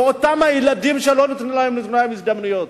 ואותם ילדים שלא נתנו להן מזמן הזדמנויות.